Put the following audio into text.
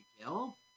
kill